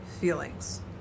feelings